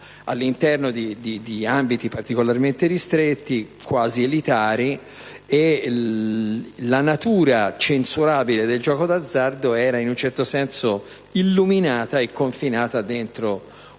all'interno di ambiti particolarmente ristretti, quasi elitari. E la natura censurabile del gioco d'azzardo era in un certo senso illuminata e confinata all'interno